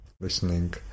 listening